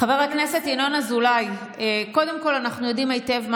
חבר הכנסת ינון, עם כל הכבוד.